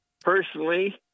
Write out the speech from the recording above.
personally –